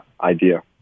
idea